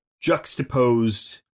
juxtaposed